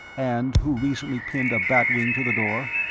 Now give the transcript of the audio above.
and who recently pinned a bat wing to the door?